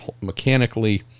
Mechanically